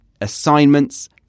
assignments